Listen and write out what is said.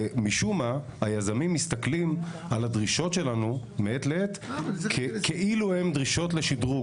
ומשום מה היזמים מסתכלים על הדרישות שלנו כאילו הן דרישות לשדרוג.